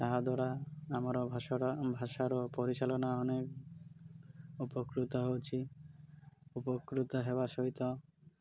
ତାହାଦ୍ୱାରା ଆମର ଭାଷାର ଭାଷାର ପରିଚାଳନା ଅନେକ ଉପକୃତ ହେଉଛି ଉପକୃତ ହେବା ସହିତ